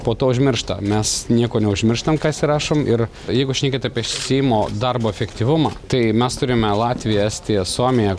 po to užmiršta mes nieko neužmirštam ką įsirašom ir jeigu šnekėt apie seimo darbo efektyvumą tai mes turime latviją estiją suomiją